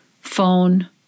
phone